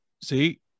see